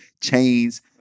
chains